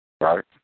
right